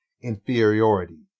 Inferiority